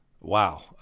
wow